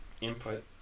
input